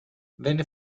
venne